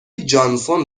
جانسون